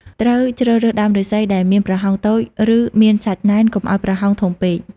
ត្រូវជ្រើសរើសដើមឫស្សីដែលមានប្រហោងតូច ឬមានសាច់ណែន កុំឲ្យប្រហោងធំពេក។